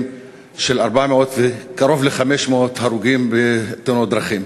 של 400 וקרוב ל-500 הרוגים בתאונות דרכים.